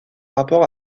rapport